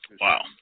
Wow